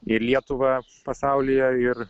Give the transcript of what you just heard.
ir lietuvą pasaulyje ir